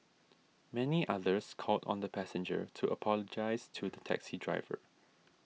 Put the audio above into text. many others called on the passenger to apologise to the taxi driver